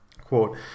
Quote